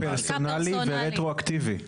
פרסונלי ורטרואקטיבי.